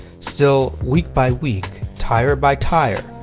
still, week by week, tire by tire,